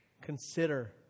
consider